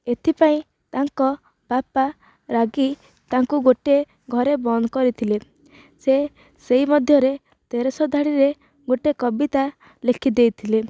ଏଥିପାଇଁ ତାଙ୍କ ବାପା ରାଗି ତାଙ୍କୁ ଗୋଟିଏ ଘରେ ବନ୍ଦ କରିଥିଲେ ସେ ସେଇ ମଧ୍ୟରେ ତେରଶହ ଧାଡ଼ିରେ ଗୋଟିଏ କବିତା ଲେଖିଦେଇଥିଲେ